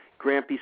Grampy